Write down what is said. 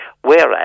Whereas